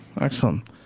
Excellent